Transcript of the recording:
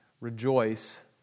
rejoice